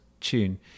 tune